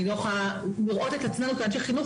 אני לא יכולה לראות את אותנו כאנשי חינוך